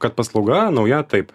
kad paslauga nauja taip